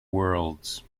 worlds